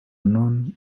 known